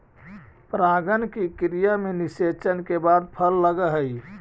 परागण की क्रिया में निषेचन के बाद फल लगअ हई